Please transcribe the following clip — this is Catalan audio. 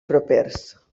propers